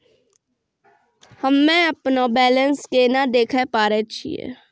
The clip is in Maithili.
हम्मे अपनो बैलेंस केना देखे पारे छियै?